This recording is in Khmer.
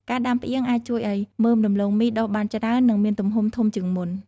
ការដាំផ្អៀងអាចជួយឱ្យមើមដំឡូងមីដុះបានច្រើន និងមានទំហំធំជាងមុន។